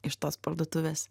iš tos parduotuvės